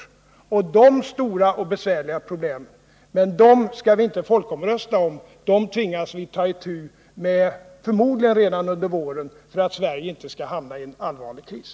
Det finns på det området stora och besvärliga problem, men dem skall vi inte folkomrösta om. Dessa problem tvingas vi ta itu med förmodligen redan under våren, om Sverige inte skall hamna i en besvärlig kris.